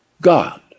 God